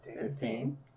fifteen